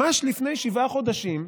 ממש לפני שבעה חודשים,